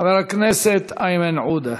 חבר הכנסת איימן עודה.